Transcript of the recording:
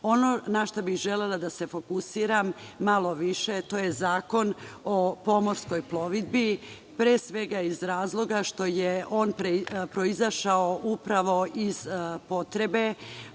na šta bih želela da se fokusiram malo više, to je Zakon o pomorskoj plovidbi, pre svega iz razloga što je on proizišao upravo iz potrebe